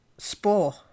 Spore